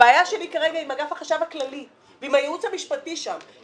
הבעיה שלי כרגע עם אגף החשב הכללי ועם הייעוץ המשפטי שם,